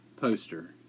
poster